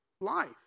life